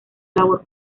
labor